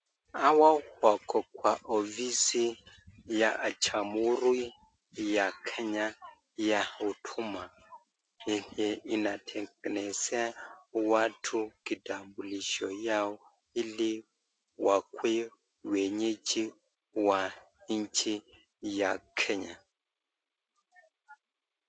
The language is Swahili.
Hawa wako kwa ofisi ya Jamhuri ya Kenya ya Huduma , yenye inatengenezea watu kitambulisho yao ili wakuwe wenyeji wa nchi ya Kenya.